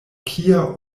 kia